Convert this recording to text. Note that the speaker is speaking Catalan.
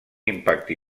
impacte